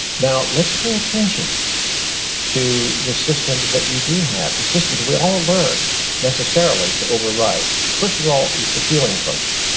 now let's pay attention to the systems that you do have, the systems that we all learned necessarily to override. first of all, is the feeling function.